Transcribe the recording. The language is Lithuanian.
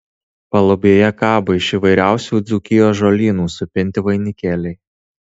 palubėje kabo iš įvairiausių dzūkijos žolynų supinti vainikėliai